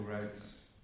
rights